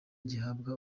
gihabwa